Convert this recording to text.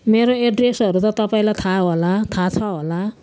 मेरो एड्रेसहरू त तपाईँलाई थाहा होला थाहा छ होला